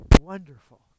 wonderful